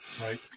Right